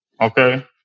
Okay